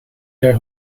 der